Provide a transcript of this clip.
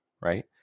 right